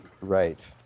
Right